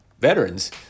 veterans